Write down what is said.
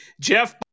Jeff